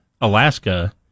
Alaska